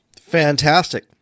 Fantastic